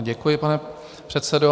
Děkuji, pane předsedo.